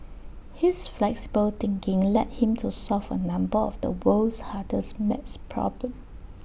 his flexible thinking led him to solve A number of the world's hardest math problems